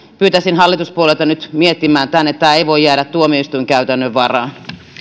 pyytäisin hallituspuolueita nyt miettimään tämän tämä ei voi jäädä tuomioistuinkäytännön varaan